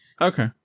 Okay